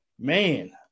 man